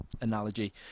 analogy